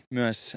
myös